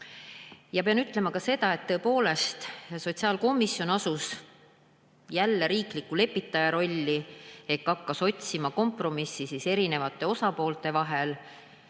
Pean ütlema ka seda, et tõepoolest sotsiaalkomisjon asus jälle riikliku lepitaja rolli ehk hakkas otsima kompromissi eri osapoolte vahel.